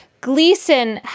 Gleason